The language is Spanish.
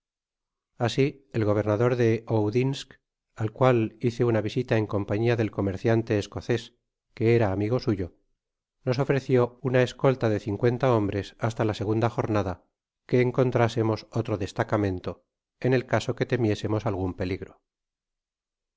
asi el gobernador de oudiask al cual hice una risita en compañia del comerciante escocés que era amigo suyo sos ofreció una escolta de cincuenta hombres hasta la segunda jornada que encontrásemos otro destacamento en el caso que temiésemos algun peligro